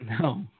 no